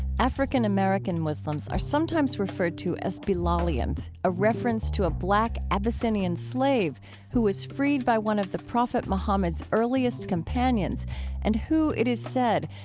african-american muslims are sometimes referred to as bilalians, a reference to a black abyssinian slave who was freed by one of the prophet mohammed's earliest companions and who, it is said,